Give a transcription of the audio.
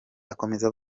akomeza